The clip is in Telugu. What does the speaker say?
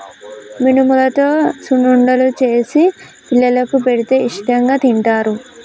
మినుములతో సున్నుండలు చేసి పిల్లలకు పెడితే ఇష్టాంగా తింటారు